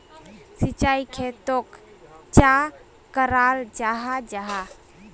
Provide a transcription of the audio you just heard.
सिंचाई खेतोक चाँ कराल जाहा जाहा?